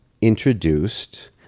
introduced